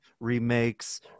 remakes